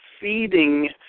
feeding